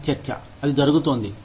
అది చర్చ అది జరుగుతోంది